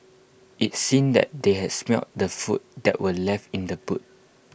IT seemed that they had smelt the food that were left in the boot